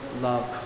love